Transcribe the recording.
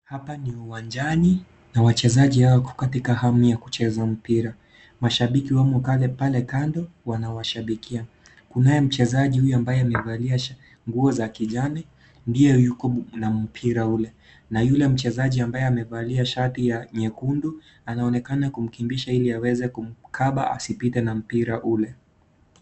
Hapa ni uwanjani na wachezaji hao wako katikati hamu ya kucheza mpira. Mashabiki wamo pale kando wanawashabikia. Kunaye mchezaji huyu ambaye amevalia nguo za kijani ndiye yuko na mpira ule na yule mchezaji ambaye amevalia shati nyekundu anaonekana kumkimbiza kumkaba ili asiweze kupita na mpira ule.